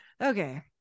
okay